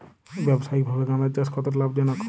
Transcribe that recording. ব্যবসায়িকভাবে গাঁদার চাষ কতটা লাভজনক?